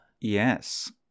Yes